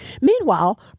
Meanwhile